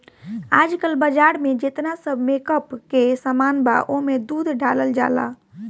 आजकल बाजार में जेतना सब मेकअप के सामान बा ओमे दूध डालल जाला